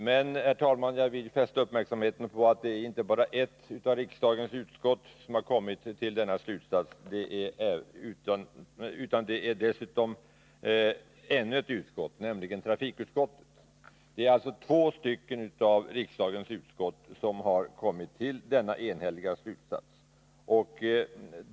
Men, herr talman, jag vill fästa uppmärksamheten på att det inte bara är ett av riksdagens utskott som har kommit till denna slutsats, utan det är ännu ett utskott, nämligen trafikutskottet. Det är alltså två av riksdagens utskott som har kommit till denna enhälliga slutsats.